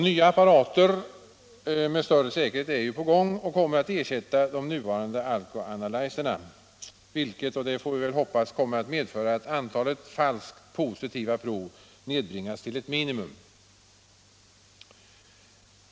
Nya apparater med större säkerhet är ju på gång och kommer att ersätta de nuvarande alkoanalyserna, vilket — får vi hoppas - kommer att medföra att antalet falskt positiva prov nedbringas till ett minimum.